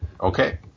Okay